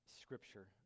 Scripture